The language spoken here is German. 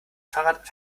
fahrrad